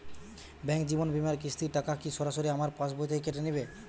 Bank জীবন বিমার কিস্তির টাকা কি সরাসরি আমার পাশ বই থেকে কেটে নিবে?